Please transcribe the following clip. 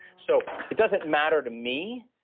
so it doesn't matter to me.